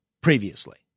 previously